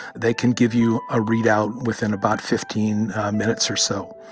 they can give you a readout within about fifteen minutes or so.